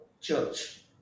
church